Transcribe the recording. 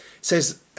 says